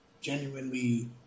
genuinely